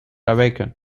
awaken